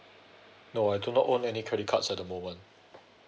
no I do not own any credit cards at the moment